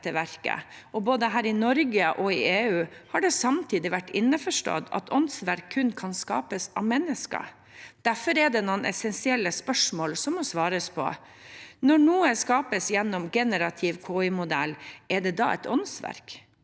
Både her i Norge og i EU har det samtidig vært innforstått at åndsverk kun kan skapes av mennesker. Derfor er det noen essensielle spørsmål som må svares på: Når noe skapes gjennom en generativ KI-modell, er det da et åndsverk?